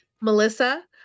Melissa